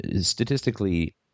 Statistically